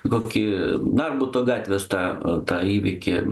kokį narbuto gatvės tą tą įvykį